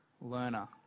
learner